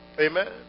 Amen